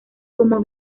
como